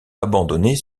abandonnées